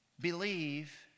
believe